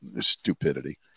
stupidity